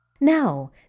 Now